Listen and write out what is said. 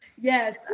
Yes